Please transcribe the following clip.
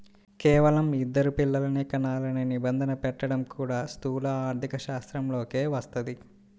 కేవలం ఇద్దరు పిల్లలనే కనాలనే నిబంధన పెట్టడం కూడా స్థూల ఆర్థికశాస్త్రంలోకే వస్తది